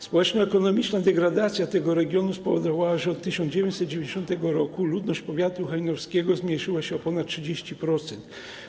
Społeczno-ekonomiczna degradacja tego regionu spowodowała, że od 1990 r. liczba ludności powiatu hajnowskiego zmniejszyła się o ponad 30%.